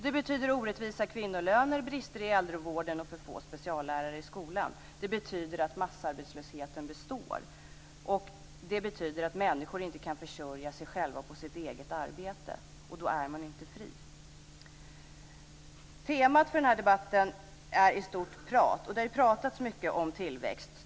Det betyder orättvisa kvinnolöner, brister i äldrevården och för få speciallärare i skolan. Det betyder att massarbetslösheten består. Och det betyder att människor inte kan försörja sig själva på sitt eget arbete. Och då är man inte fri. Temat för den här debatten är i stort prat, och det har pratats mycket om tillväxt.